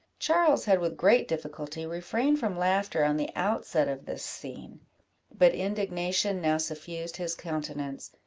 charles had with great difficulty refrained from laughter on the outset of this scene but indignation now suffused his countenance.